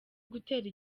gutera